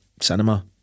cinema